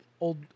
old